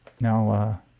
Now